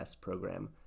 program